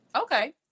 okay